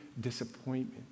disappointment